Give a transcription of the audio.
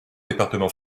département